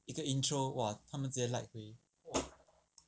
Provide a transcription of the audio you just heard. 一个 intro !wah! 他们直接 like 回